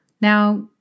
Now